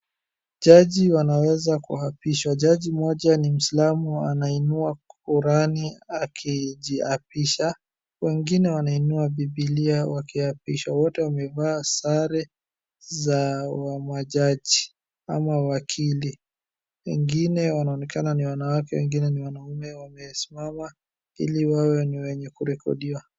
Jaji wanaweza kuapishwa. Jaji mmoja ni muislamu anayeinua korani akijiapisha, wengine wanainua bibilia wakiapishwa. Wote wamevaa sare za majaji ama wakili. Wengine wanaonekana ni wanawake wengine ni wanaume wamesimama ili wawe wenye kurekodiwa.